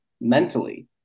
mentally